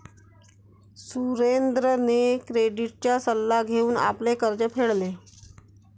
सुरेंद्रने क्रेडिटचा सल्ला घेऊन आपले कर्ज फेडले